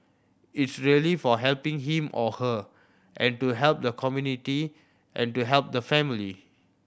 it's really for helping him or her and to help the community and to help the family